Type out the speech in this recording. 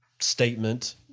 statement